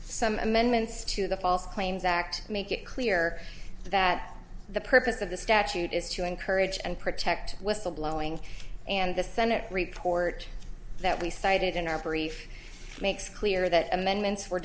some amendments to the false claims act make it clear that the purpose of the statute is to encourage and protect whistle blowing and the senate report that we cited in our brief makes clear that amendments were